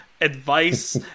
advice